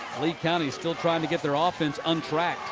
lee county still trying to get their ah offense and